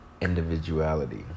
individuality